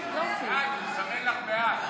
תתבייש.